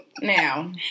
Now